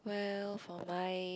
well for my